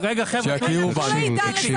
שיכירו בנו.